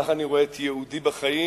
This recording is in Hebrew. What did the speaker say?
כך אני רואה את ייעודי בחיים.